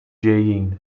ġejjin